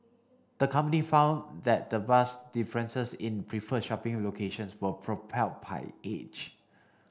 the company found that the vast differences in preferred shopping locations was propelled by age